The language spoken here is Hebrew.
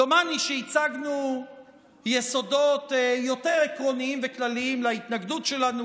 דומני שהצגנו יסודות יותר עקרוניים וכלליים להתנגדות שלנו,